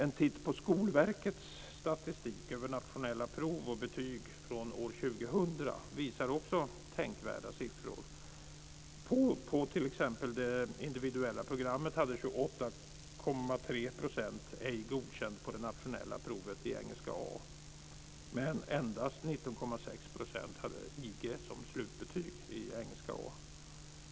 En titt på Skolverkets statistik över nationella prov och betyg från år 2000 visar också tänkvärda siffror. På t.ex. det individuella programmet hade A, men endast 19, 6 % hade IG som slutbetyg i engelska A.